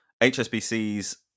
HSBC's